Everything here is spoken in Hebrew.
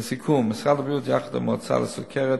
לסיכום: משרד הבריאות, יחד עם המועצה לסוכרת,